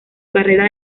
carrera